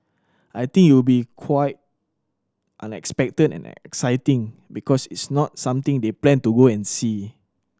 I think you'll be quite unexpected and exciting because it's not something they plan to go and see